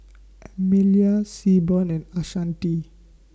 Amelia Seaborn and Ashanti